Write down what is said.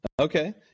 Okay